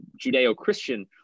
Judeo-Christian